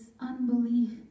unbelief